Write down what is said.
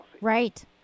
Right